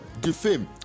defame